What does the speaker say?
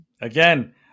Again